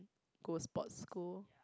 go sport school